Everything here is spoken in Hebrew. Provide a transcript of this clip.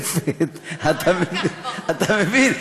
מתפלספת, אתה מבין?